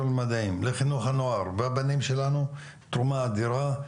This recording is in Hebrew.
למדעים לחינוך הנוער והבנים שלנו היא תרומה אדירה.